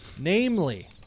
Namely